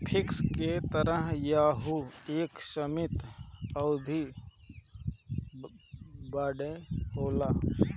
fix के तरह यहू एक सीमित अवधी बदे होला